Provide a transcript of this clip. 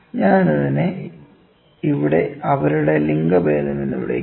ഞാൻ അതിനെ ഇവിടെ അവരുടെ ലിംഗഭേദം എന്ന് വിളിക്കുന്നു